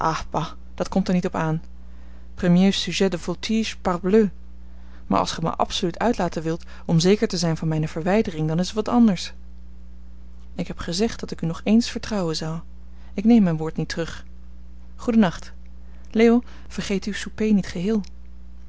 dat komt er niet op aan premier sujet de voltige parbleu maar als gij mij absoluut uitlaten wilt om zeker te zijn van mijne verwijdering dan is het wat anders ik heb gezegd dat ik u nog ééns vertrouwen zou ik neem mijn woord niet terug goedennacht leo vergeet uw souper niet geheel